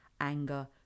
anger